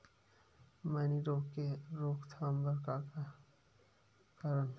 मैनी रोग के रोक थाम बर का करन?